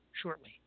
shortly